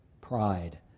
pride